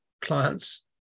clients